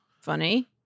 Funny